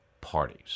parties